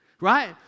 right